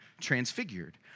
transfigured